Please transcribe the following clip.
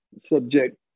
subject